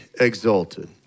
exalted